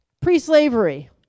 pre-slavery